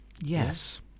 Yes